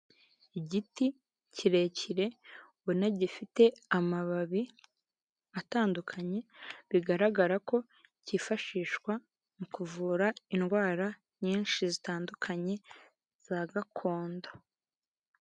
Igiti kirekire ubona gifite amababi atandukanye, bigaragara ko cyifashishwa mu kuvura indwara nyinshi zitandukanye za gakondo.